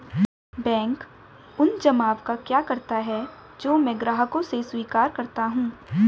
Bank उन जमाव का क्या करता है जो मैं ग्राहकों से स्वीकार करता हूँ?